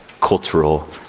cultural